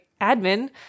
admin